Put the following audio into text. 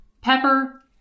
pepper